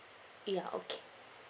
ya okay